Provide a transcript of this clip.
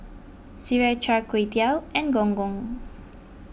Sireh Char Kway Teow and Gong Gong